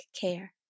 care